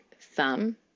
thumb